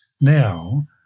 now